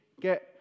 get